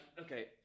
Okay